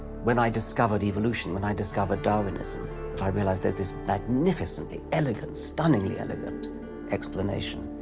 when i discovered evolution, when i discovered darwinism, that i realized there's this magnificently elegant, stunningly elegant explanation